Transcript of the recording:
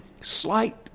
slight